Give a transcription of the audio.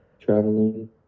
traveling